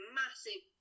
massive